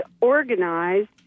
Organized